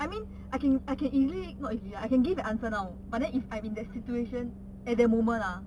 I mean I can I can easily not easily lah I can give an answer now but then if I am in that situation at the moment ah